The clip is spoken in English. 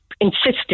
insisted